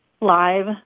live